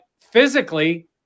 physically